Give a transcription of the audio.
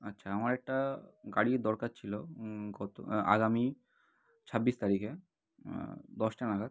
আচ্ছা আমার একটা গাড়ির দরকার ছিল গত আগামী ছাব্বিশ তারিখে দশটা নাগাদ